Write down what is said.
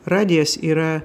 radijas yra